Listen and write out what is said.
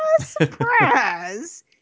surprise